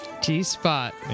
T-Spot